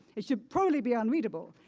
it should probably be unreadable.